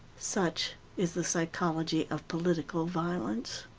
such is the psychology of political violence.